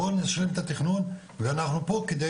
בואו נשלים את התכנון ואנחנו פה כדי